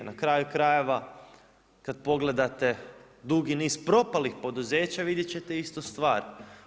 Na kraju krajeva kada pogledate dugi niz propalih poduzeća vidjet ćete istu stvar.